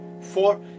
four